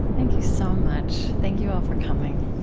thank you so much. thank you all for coming